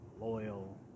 loyal